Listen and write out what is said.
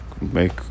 make